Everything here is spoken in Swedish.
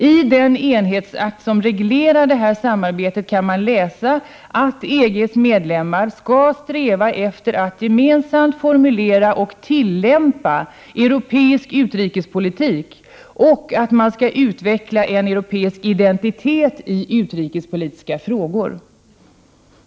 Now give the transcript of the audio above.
I den enhetsakt som reglerar det samarbetet står det att EG:s medlemmar skall sträva efter att gemensamt formulera och tillämpa europeisk utrikespolitik och utveckla en europeisk identitet i utrikespolitiska frågor.